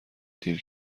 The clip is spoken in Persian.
دیر